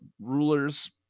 rulers